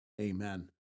Amen